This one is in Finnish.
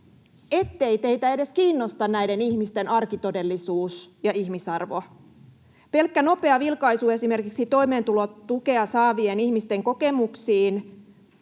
ettei teitä edes kiinnosta näiden ihmisten arkitodellisuus ja ihmisarvo. Pelkkä nopea vilkaisu esimerkiksi toimeentulotukea saavien ihmisten kokemuksiin